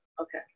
okay